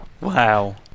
Wow